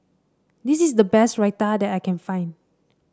this is the best Raita that I can find